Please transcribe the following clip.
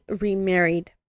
remarried